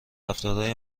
رفتارهای